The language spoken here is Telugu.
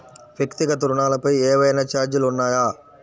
వ్యక్తిగత ఋణాలపై ఏవైనా ఛార్జీలు ఉన్నాయా?